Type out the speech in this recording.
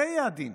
זה יהיה הדין.